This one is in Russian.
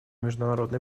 международной